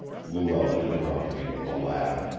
luella interrupted me with a laugh.